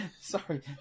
Sorry